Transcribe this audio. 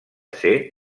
ser